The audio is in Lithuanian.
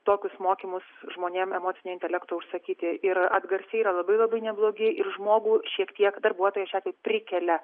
tokius mokymus žmonėm emocinio intelekto užsakyti ir atgarsiai yra labai labai neblogi ir žmogų šiek tiek darbuotoją šiuo atveju prikelia